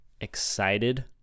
excited